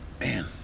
Man